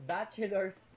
Bachelor's